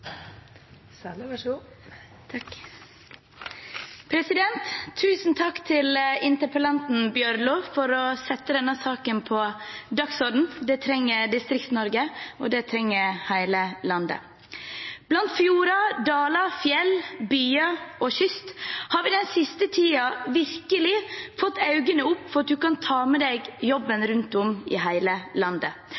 Tusen takk til interpellanten Bjørlo for å sette denne saken på dagsordenen. Det trenger Distrikts-Norge, og det trenger hele landet. Blant fjorder, daler, fjell, byer og kyst har vi den siste tiden virkelig fått øynene opp for at man kan ta med seg jobben